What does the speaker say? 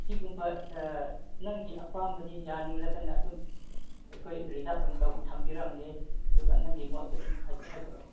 ꯑꯁꯤꯒꯨꯝꯕ ꯅꯪꯒꯤ ꯑꯄꯥꯝꯕꯅꯤ ꯌꯥꯅꯤꯡꯂꯒꯅ ꯑꯗꯨꯝ ꯑꯩꯈꯣꯏ ꯔꯤꯖꯥꯞ ꯑꯣꯏꯅ ꯇꯧ ꯊꯝꯕꯤꯔꯝꯒꯦ ꯑꯗꯨꯒ ꯅꯪꯒꯤ ꯃꯣꯠꯁꯨ ꯑꯗꯨꯝ ꯍꯥꯏꯗꯣꯔꯛꯑꯣ